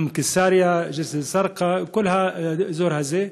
גם קיסריה, ג'סר א-זרקה, כל האזור הזה.